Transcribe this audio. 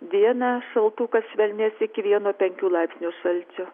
dieną šaltukas švelnės iki vieno penkių laipsnių šalčio